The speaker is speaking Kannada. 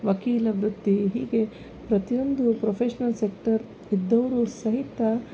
ವಕೀಲ ವೃತ್ತಿ ಹೀಗೆ ಪ್ರತಿಯೊಂದು ಪ್ರೊಫೆಷ್ನಲ್ ಸೆಕ್ಟರ್ ಇದ್ದೋರು ಸಹಿತ